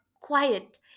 quiet